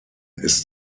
ist